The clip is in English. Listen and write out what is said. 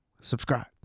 subscribe